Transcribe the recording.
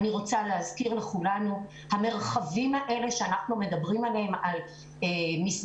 אני רוצה להזכיר לכולנו שהמרחבים האלה שאנחנו מדברים עליהם על מסגרות